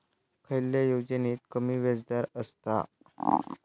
खयल्या योजनेत कमी व्याजदर असता?